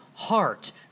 Heart